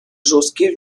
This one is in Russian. жесткие